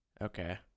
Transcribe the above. Okay